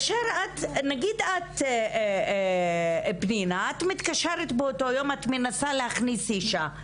נניח את מתקשרת באותו יום ומנסה להכניס אישה למקלט.